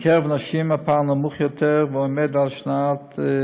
בקרב נשים הפער נמוך יותר ועומד על שנה,